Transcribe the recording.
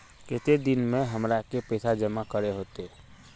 केते दिन में हमरा के पैसा जमा करे होते?